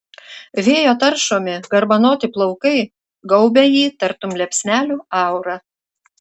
vėjo taršomi garbanoti plaukai gaubia jį tartum liepsnelių aura